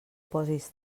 posis